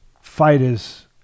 fighters